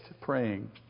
praying